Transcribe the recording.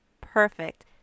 perfect